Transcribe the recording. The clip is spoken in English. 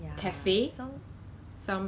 那个 block 我们的 block